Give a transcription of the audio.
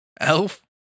Elf